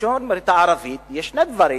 בתקשורת הערבית, יש שני דברים